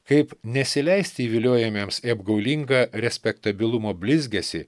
kaip nesileisti įviliojamiems į apgaulingą respektabilumo blizgesį